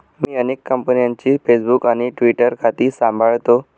मी अनेक कंपन्यांची फेसबुक आणि ट्विटर खाती सांभाळतो